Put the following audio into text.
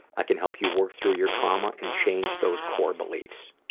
i can help you work through your trauma and change those core beliefs.